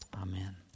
Amen